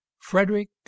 frederick